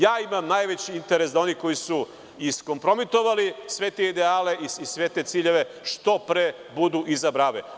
Ja imam najveći interes da oni koji su iskompromitovali sve te ideale i sve te ciljeve, što pre budu iza brave.